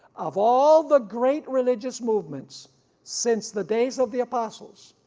of all the great religious movements since the days of the apostles,